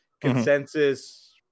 consensus